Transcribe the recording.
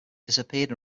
disappeared